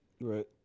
Right